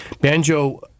Banjo